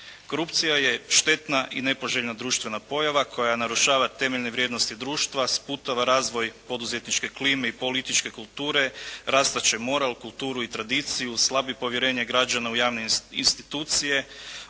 Korupcija je štetna i nepoželjna društvena pojava koja narušava temeljne vrijednosti društva sputava razvoj poduzetničke klime i političke kulture, rastat će moral, kulturu i tradiciju, slabit povjerenje građana u javne institucije.